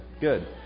good